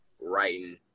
writing